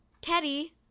Teddy